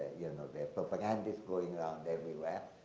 you know, the propaganda's going around everywhere